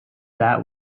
that